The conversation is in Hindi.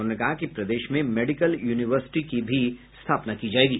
उन्होंने कहा कि प्रदेश में मेडिकल यूनिवर्सिटी की भी स्थापना की जाएगी